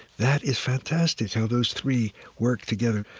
that is fantastic, how those three work together.